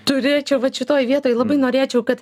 turėčiau vat šitoj vietoj labai norėčiau kad